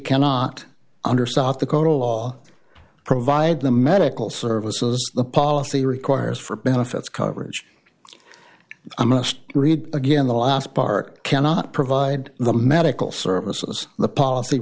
cannot under south dakota law provide the medical services the policy requires for benefits coverage a must read again the last part cannot provide the medical services the policy